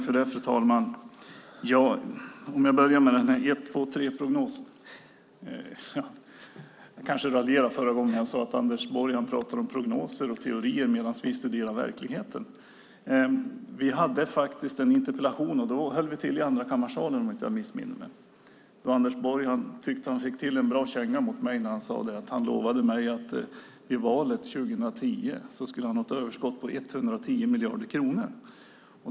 Fru talman! Jag ska börja med 1-2-3-prognosen. Jag kanske raljerade förra gången då jag sade att Anders Borg pratar om prognoser och teorier, medan vi studerar verkligheten. Vi hade en interpellationsdebatt i Andrakammarsalen, om jag inte missminner mig, då Anders Borg tyckte att han fick till en bra känga till mig när han lovade mig att vid valet 2010 skulle han ha ett överskott på 110 miljarder kronor.